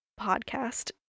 podcast